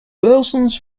thousands